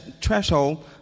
threshold